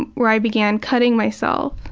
where i began cutting myself,